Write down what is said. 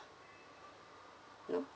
now